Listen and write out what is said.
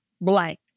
blank